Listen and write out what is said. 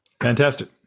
Fantastic